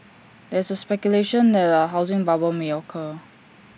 there is speculation that A housing bubble may occur